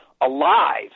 alive